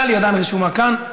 טלי עדיין רשומה כאן,